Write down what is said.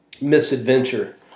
misadventure